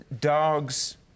dog's